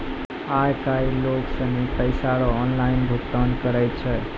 आय काइल लोग सनी पैसा रो ऑनलाइन भुगतान करै छै